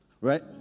Right